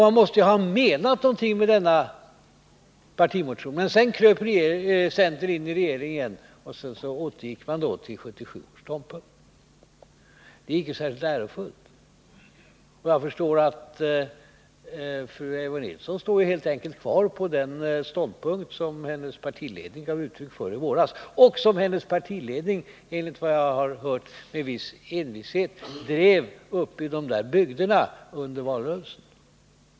Man måste ju ha menat någonting med denna partimotion, men när centern kröp in i regeringsställning igen, återgick man till 1977 års ståndpunkt. Det är icke särskilt ärofullt. Man förstår att Eivor Nilson helt enkelt står kvar vid den ståndpunkt som hennes partiledning gav uttryck för i våras, och som hennes partiledning — enligt vad jag har hört — med en viss envishet drev uppe i dessa bygder under valrörelsen.